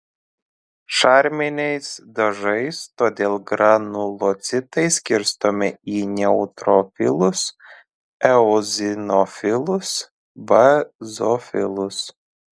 šarminiais dažais todėl granulocitai skirstomi į neutrofilus eozinofilus bazofilus